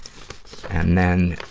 and then,